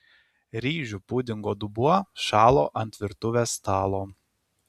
ryžių pudingo dubuo šalo ant virtuvės stalo